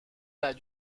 bas